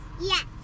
Yes